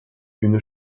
une